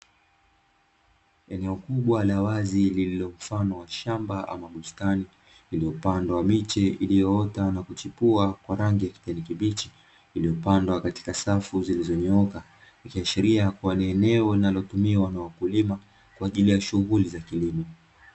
Eneo kubwa la wazi lililo mfano wa shamba ama bustani lililopandwa miche iliyoota na kuchipua kwa rangi ya kijani kibichi iliyopandwa katika safu zilizonyooka, ikiashiria kuwa ni eneo linalotumiwa na wakulima kwa ajili ya shughuli za kilimo.